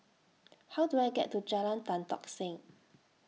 How Do I get to Jalan Tan Tock Seng